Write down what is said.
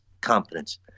confidence